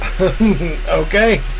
Okay